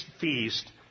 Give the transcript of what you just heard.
feast